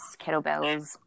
kettlebells